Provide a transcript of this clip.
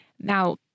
Now